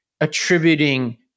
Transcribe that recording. attributing